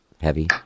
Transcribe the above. heavy